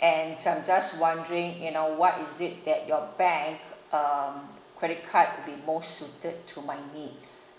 and I'm just wondering you know what is it that your bank um credit card will be most suited to my needs